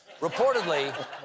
Reportedly